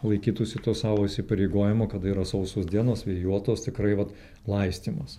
laikytųsi to savo įsipareigojimo kada yra sausos dienos vėjuotos tikrai vat laistymas